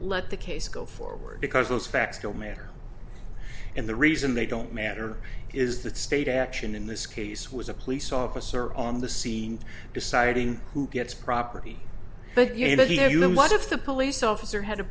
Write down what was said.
let the case go forward because those facts don't matter and the reason they don't matter is that state action in this case was a police officer on the scene deciding who gets property but you know you know what if the police officer had